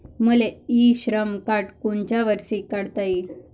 मले e Shram card कोनच्या वर्षी काढता येईन?